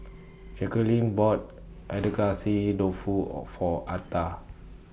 Jacquelynn bought Dofu O For Arta